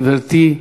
גברתי.